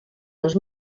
dos